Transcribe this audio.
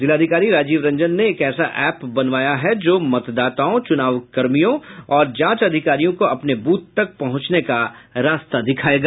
जिलाधिकारी राजीव रौशन ने एक ऐसा एप बनवाया है जो मतदाताओं चुनावी कर्मियों और जांच अधिकारियों को अपने बूथ तक पहुंचने का रास्ता दिखायेगा